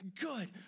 Good